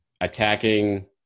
attacking